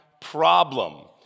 problem